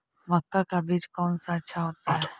मक्का का बीज कौन सा अच्छा होता है?